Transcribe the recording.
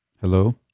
hello